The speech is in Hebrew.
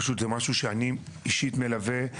פשוט זה משהו שאני אישית מלווה,